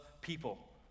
people